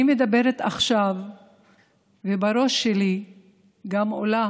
אני מדברת עכשיו ובראש שלי עולה